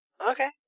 Okay